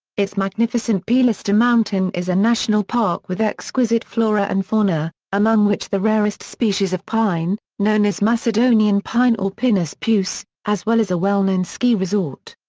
its magnificent pelister mountain is a national park with exquisite flora and fauna, among which the rarest species of pine, known as macedonian pine or pinus peuce, as well as a well-known ski resort.